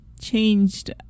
changed